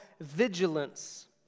vigilance